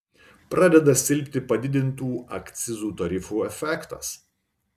pradeda silpti padidintų akcizų tarifų efektas